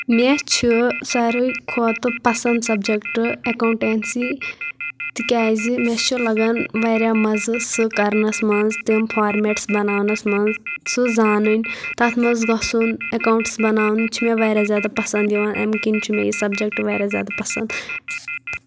مےٚ چھِ ساروٕے کھۄتہٕ پسنٛد سَبجَکٹ اٮ۪کاوٹٮ۪نٛسی تِکیٛازِ مےٚ چھُ لگان واریاہ مَزٕ سُہ کَرنَس منٛز تِم فارمیٹٕس بناونَس منٛز سُہ زانٕنۍ تَتھ منٛز گژھُن اٮ۪کاونٹٕس بناوٕنۍ چھِ مےٚ واریاہ زیادٕ پسنٛد یِوان اَمہِ کِنۍ چھُ مےٚ یہِ سَبجَکٹ واریاہ زیادٕ پسنٛد